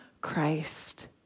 Christ